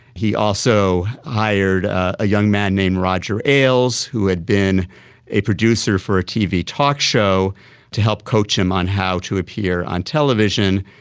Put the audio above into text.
he also hired a young man named roger ailes who had been a producer for a tv talk show to help coach him on how to appear on television.